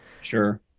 Sure